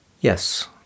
Yes